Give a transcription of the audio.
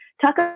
Talk